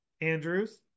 Andrews